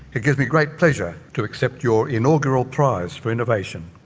it gives me great pleasure to accept your inaugural prize for innovation.